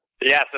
Yes